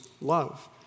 love